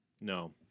No